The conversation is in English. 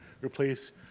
replace